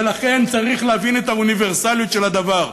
ולכן צריך להבין את האוניברסליות של הדבר.